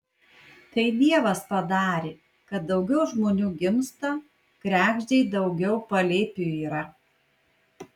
tai dievas padarė kad daugiau žmonių gimsta kregždei daugiau palėpių yra